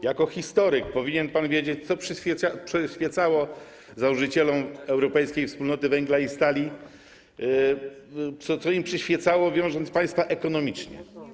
Jako historyk powinien pan wiedzieć, co przyświecało założycielom Europejskiej Wspólnoty Węgla i Stali, co im przyświecało, wiążąc państwa ekonomicznie.